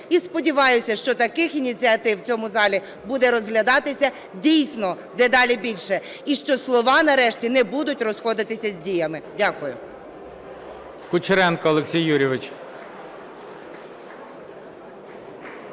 і сподіваюся, що таких ініціатив у цьому залі буде розглядатися, дійсно, дедалі більше. І що слова нарешті не будуть розходитися з діями. Дякую.